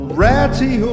ratty